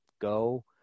go